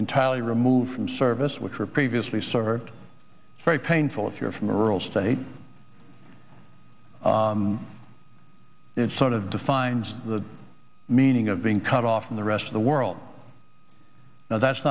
entirely removed from service which were previously served very painful if you're from a rural state it sort of defines the meaning of being cut off from the rest of the world now that's